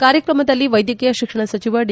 ಕಾರ್ಕ್ರಮದಲ್ಲಿ ವೈದ್ಯಕೀಯ ಶಿಕ್ಷಣ ಸಚಿವ ಡಿ